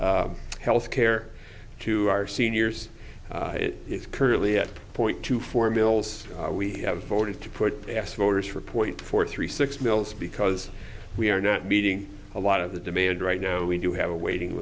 and health care to our seniors it is currently at point two four mills we have voted to put ask voters for point four three six mills because we are not meeting a lot of the demand right now we do have a waiting